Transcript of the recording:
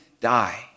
die